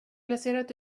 placerat